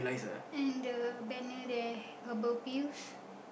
and the banner there herbal pills